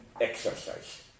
exercise